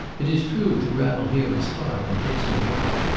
it is true the gravel here is hard and takes no mark,